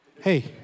Hey